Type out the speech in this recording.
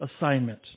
assignment